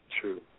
True